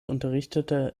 unterrichtete